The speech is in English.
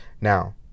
Now